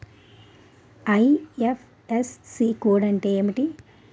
IFSC code అంటే ఏంటి?